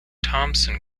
thompson